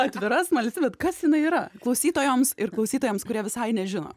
atvira smalsi bet kas jinai yra klausytojoms ir klausytojams kurie visai nežino